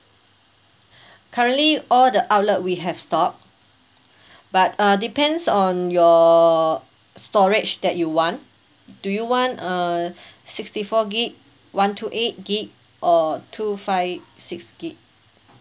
currently all the outlet we have stock but uh depends on your storage that you want do you want uh sixty four gig one two eight gig or two five six gig